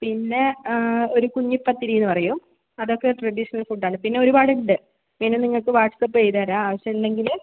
പിന്നെ ഒരു കുഞ്ഞി പത്തിരി എന്ന് പറയും അതൊക്കെ ട്രഡീഷണൽ ഫുഡ് ആണ് പിന്നെ ഒരുപാട് ഉണ്ട് ഞാൻ നിങ്ങൾക്ക് വാട്ട്സ്ആപ്പ് ചെയ്ത് തരാം ആവശ്യം ഉണ്ടെങ്കിൽ